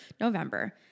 November